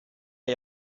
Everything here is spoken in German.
der